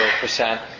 percent